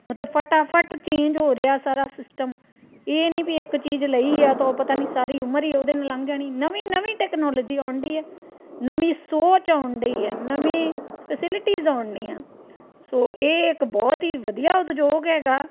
ਮਤਲਬ ਫਟਾਫਟ ਚੇਂਜ ਹੋ ਰਿਹਾ ਸਾਰਾ ਸਿਸਟਮ ਇਹ ਨਹੀਂ ਵੀ ਇੱਕ ਚੀਜ਼ ਲਈ ਆ ਤਾਂ ਉਹ ਪਤਾ ਨਹੀਂ ਸਾਰੀ ਉਮਰ ਹੀ ਉਹਦੇ ਨਾਲ ਲੰਘ ਜਾਣੀ ਨਵੀਂ ਨਵੀਂ ਟੈਕਨੋਲਜੀ ਆਉਣ ਡਈ ਹੈ ਨਵੀਂ ਸੋਚ ਆਉਣ ਡਈ ਹੈ ਨਵੀਂ ਫੈਸਿਲਟੀਜ ਆਉਣ ਡਈਆਂ ਸੋ ਇਹ ਇੱਕ ਬਹੁਤ ਹੀ ਵਧੀਆ ਉਦਯੋਗ ਹੈਗਾ